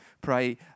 pray